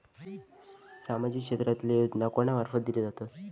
सामाजिक क्षेत्रांतले योजना कोणा मार्फत दिले जातत?